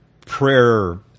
prayer